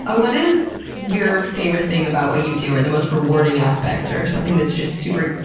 ah what is your favorite thing about what you do, or the most rewarding aspect, or something that's just super,